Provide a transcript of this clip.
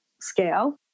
scale